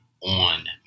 on